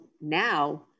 now